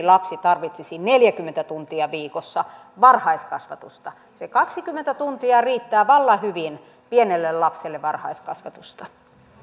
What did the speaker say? lapsi tarvitsisi neljäkymmentä tuntia viikossa varhaiskasvatusta se kaksikymmentä tuntia riittää vallan hyvin pienelle lapselle varhaiskasvatusta